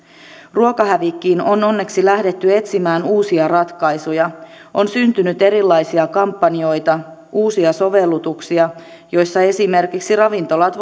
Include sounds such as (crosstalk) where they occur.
ruokahävikkiin on onneksi lähdetty etsimään uusia ratkaisuja on syntynyt erilaisia kampanjoita uusia sovellutuksia joissa esimerkiksi ravintolat (unintelligible)